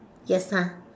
yes ah